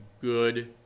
good